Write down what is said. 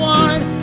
one